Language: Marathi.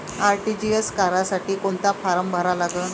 आर.टी.जी.एस करासाठी कोंता फारम भरा लागन?